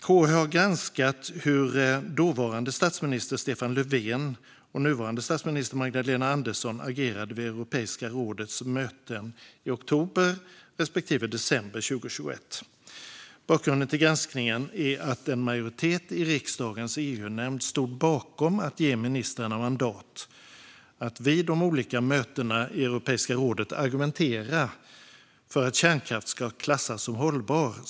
KU har granskat hur dåvarande statsminister Stefan Löfven och nuvarande statsminister Magdalena Andersson agerade vid Europeiska rådets möten i oktober respektive december 2021. Bakgrunden till granskningen är att en majoritet i riksdagens EU-nämnd stod bakom att ge ministrarna mandat att vid de olika mötena i Europeiska rådet argumentera för att kärnkraft ska klassas som hållbar.